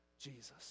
Jesus